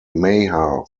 maher